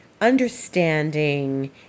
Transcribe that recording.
understanding